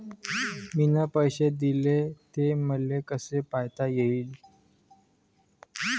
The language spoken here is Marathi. मिन पैसे देले, ते मले कसे पायता येईन?